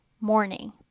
morning